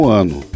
ano